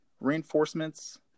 Reinforcements